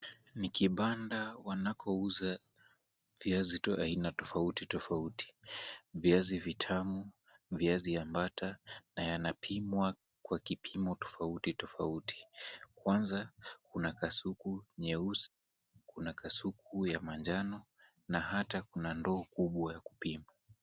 Ni kibanda wanakouza viazi tu aina tofauti tofauti, viazi vitamu, viazi ambata na yanapimwa kwa kipimo tofauti tofauti. Kwanza kuna kasuku nyeusi, kuna kasuku ya manjano na hata kuna ndoo kubwa ya kupima.